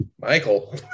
michael